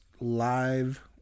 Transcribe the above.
live